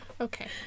Okay